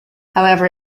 however